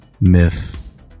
Myth